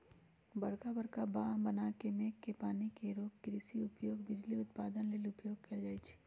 बरका बरका बांह बना के मेघ के पानी के रोक कृषि उपयोग, बिजली उत्पादन लेल उपयोग कएल जाइ छइ